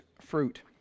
fruit